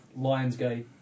Lionsgate